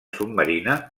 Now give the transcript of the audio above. submarina